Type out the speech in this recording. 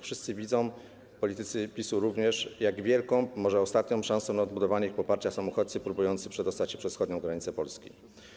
Wszyscy widzą, politycy PiS-u również, jak wielką, może ostatnią szansą na odbudowania ich poparcia są uchodźcy próbujący przedostać się przez wschodnią granicę Polski.